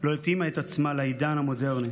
לא התאימה את עצמה לעידן המודרני.